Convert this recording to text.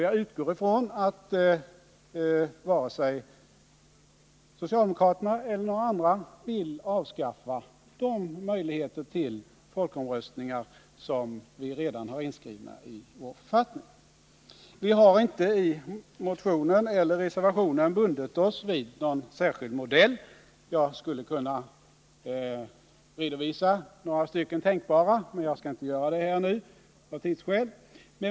Jag utgår ifrån att varken socialdemokraterna eller några andra vill avskaffa de möjligheter till folkomröstning vi redan har inskrivna i vår författning. Vi har inte i motionen eller reservationen bundit oss vid någon särskild modell. Jag skulle kunna redovisa olika tänkbara sådana, men jag skall inte göra det nu av tidsskäl.